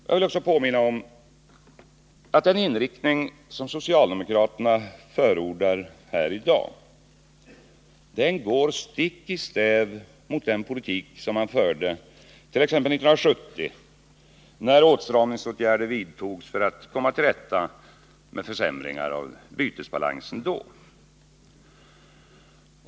Jag vill också påminna om att den inriktning som socialdemokraterna förordar här i dag går stick i stäv mot den politik man förde t.ex. 1970, när man vidtog åtstramningsåtgärder för att komma till rätta med försämringar av bytesbalansen då.